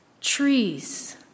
trees